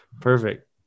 Perfect